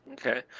Okay